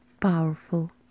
powerful